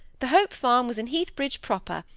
the hope farm was in heathbridge proper,